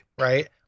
Right